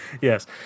yes